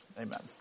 Amen